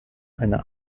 einer